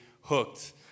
hooked